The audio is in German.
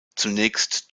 zunächst